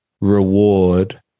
reward